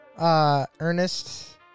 Ernest